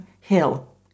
Hill